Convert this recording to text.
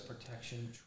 protection